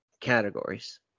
categories